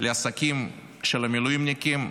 לעסקים של המילואימניקים,